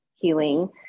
healing